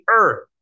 earth